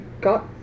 got